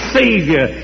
savior